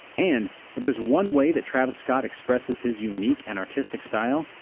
and if there's one way that travis scott expresses his unique and artistic style,